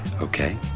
okay